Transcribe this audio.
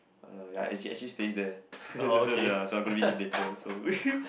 uh ya actually actually stays there ya so I'm gonna meet him later so